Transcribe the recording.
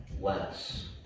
less